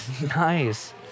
Nice